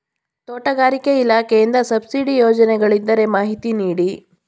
ತೋಟಗಾರಿಕೆ ಇಲಾಖೆಯಿಂದ ಸಬ್ಸಿಡಿ ಯೋಜನೆಗಳಿದ್ದರೆ ಮಾಹಿತಿ ನೀಡಿ?